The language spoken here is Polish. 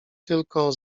tylko